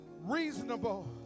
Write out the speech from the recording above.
reasonable